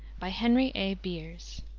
by henry a. beers,